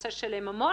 נושא של ממון.